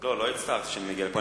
לא, לא הצטערתי שאני מגיע לפה.